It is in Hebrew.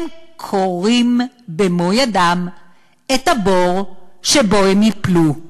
הם כורים במו ידם את הבור שבו הם ייפלו.